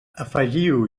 afegiu